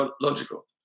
logical